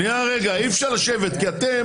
אי-אפשר לשבת כי אתם